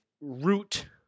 root